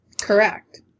Correct